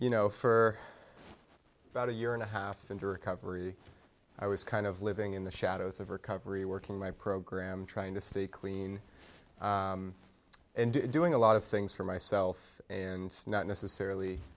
you know for about a year and a half into recovery i was kind of living in the shadows of recovery working my program trying to stay clean and doing a lot of things for myself and not necessarily